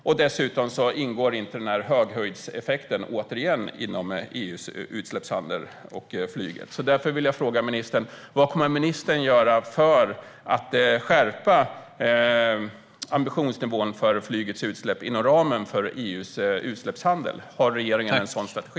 Utöver det ingår återigen inte höjdhöjdseffekten inom EU:s utsläppshandel och flyget. Därför vill jag fråga ministern: Vad kommer ministern att göra för att skärpa ambitionsnivån för flygets utsläpp inom ramen för EU:s utsläppshandel? Har regeringen en sådan strategi?